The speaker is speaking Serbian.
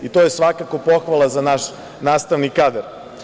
I to je svakako pohvala za naš nastavni kadar.